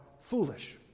foolish